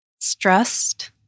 stressed